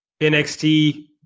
NXT